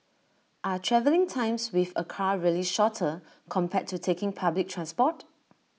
are travelling times with A car really shorter compared to taking public transport